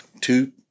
two